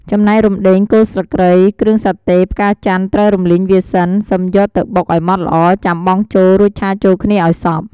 ចំណែករំដេង គល់ស្លឹកគ្រៃ គ្រឿងសាតេ ផ្កាចន្ទន៍ត្រូវរំលីងវាសិន សិមយកទៅបុកឱ្យម៉ដ្ឋល្អ ចាំបង់ចូល រួចឆាចូលគ្នាឱ្យសព្វ។